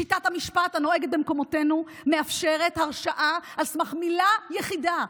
שיטת המשפט הנוהגת במקומותינו מאפשרת הרשעה על סמך מילה יחידה,